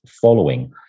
following